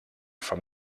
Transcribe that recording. from